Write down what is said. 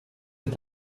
est